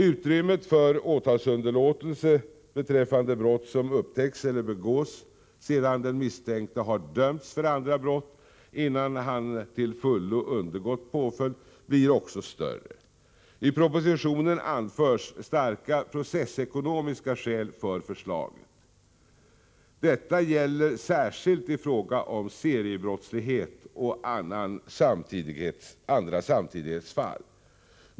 Utrymmet för åtalsunderlåtelse beträffande brott som upptäcks eller begås sedan den misstänkte har dömts för andra brott innan han till fullo undergått påföljd blir också större. I propositionen anförs starka processekonomiska skäl för förslaget. Detta gäller särskilt i fråga om seriebrottslighet och andra samtidighetsfall.